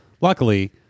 Luckily